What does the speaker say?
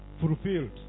fulfilled